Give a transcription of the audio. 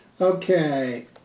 okay